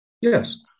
Yes